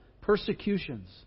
persecutions